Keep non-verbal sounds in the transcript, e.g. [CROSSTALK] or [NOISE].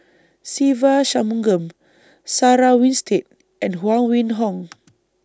Se Ve Shanmugam Sarah Winstedt and Huang Wenhong [NOISE]